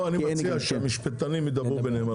פה אני מציע שהמשפטנים ידברו ביניהם.